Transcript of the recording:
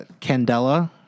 Candela